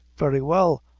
very well,